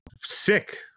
sick